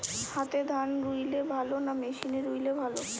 হাতে ধান রুইলে ভালো না মেশিনে রুইলে ভালো?